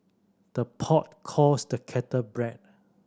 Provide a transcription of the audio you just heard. the pot calls the kettle black